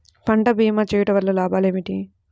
పంట భీమా చేయుటవల్ల లాభాలు ఏమిటి?